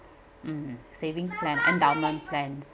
mm savings plan endowment plans